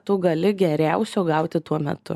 tu gali geriausio gauti tuo metu